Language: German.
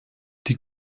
die